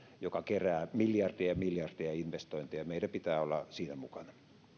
joka kerää miljardeja miljardeja investointeja ja meidän pitää olla siinä mukana